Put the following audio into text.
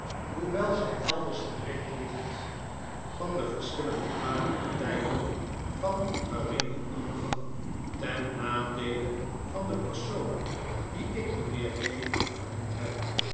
hoewel zij elders gereed ligt van de verschillende kwade praktijden van geringen omvang ten nadeele van den persoon dien ik mijnheer w genoemd heb